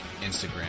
Instagram